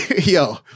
yo